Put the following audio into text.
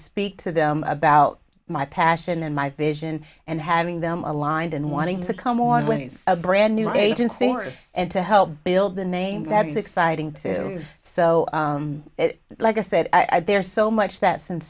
speak to them about my passion and my vision and having them aligned and wanting to come on when he's a brand new agency and to help build a name that is exciting to do so like i said i there so much that s